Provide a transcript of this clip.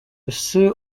ese